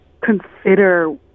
consider